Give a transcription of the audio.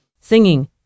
Singing